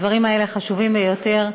הדברים האלה חשובים ביותר,